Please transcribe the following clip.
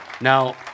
Now